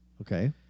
Okay